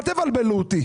אל תבלבלו אותי.